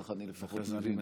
כך אני לפחות מבין.